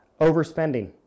Overspending